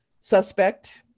suspect